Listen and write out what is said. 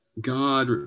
God